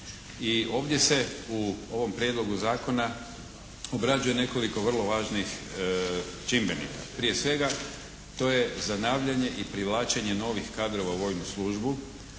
ovdje se u ovom Prijedlogu zakona obrađuje nekoliko vrlo važnih čimbenika. Prije svega to je zanavljanje i privlačenje novih kadrova u vojnu službu